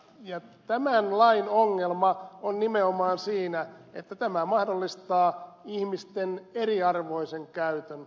tämän lain ongelma on nimenomaan siinä että tämä mahdollistaa ihmisten eriarvoisen käytön